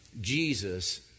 Jesus